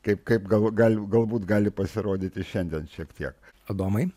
kaip kaip gal galime galbūt gali pasirodyti šiandien šiek tiek adomai